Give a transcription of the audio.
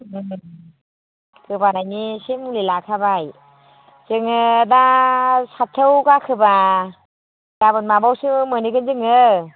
उम गोबानायनि एसे मुलि लाखाबाय जोङो दा सातथायाव गाखोबा गाबोन माबायावसो मोनहैगोन जोङो